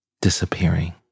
disappearing